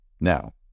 Now